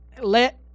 let